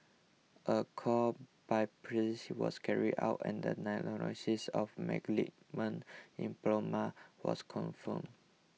a core biopsy was carried out and the of lymphoma was confirmed